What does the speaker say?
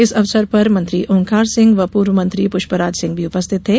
इस अवसर पर मंत्री ओंकार सिंह व पूर्व मंत्री पुष्पराज सिंह भी उपस्थित थे